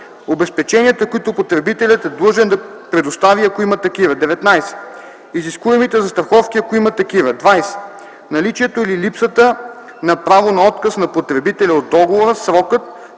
обезпеченията, които потребителят е длъжен да предостави, ако има; 19. изискуемите застраховки, ако има такива; 20. наличието или липсата на право на отказ на потребителя от договора, срокът,